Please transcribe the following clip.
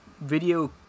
video